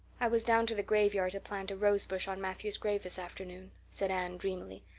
i was down to the graveyard to plant a rosebush on matthew's grave this afternoon, said anne dreamily.